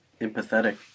empathetic